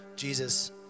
Jesus